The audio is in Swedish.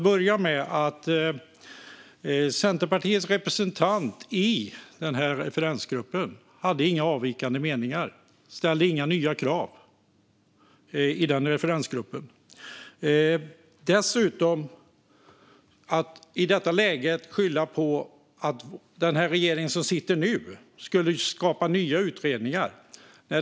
Herr talman! Jag kan börja med att säga att Centerpartiets representant i denna referensgrupp inte hade några avvikande meningar och inte ställde några nya krav. I detta läge säger man att den regering som sitter nu skulle skapa nya utredningar.